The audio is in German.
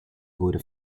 wurde